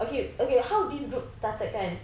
okay okay how this group started kan